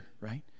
right